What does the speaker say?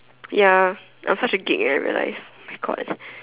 ya I'm such a geek eh I realized oh my God